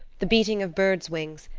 the beating of birds' wings,